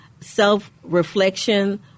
Self-reflection